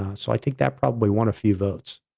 ah so, i think that probably won a few votes.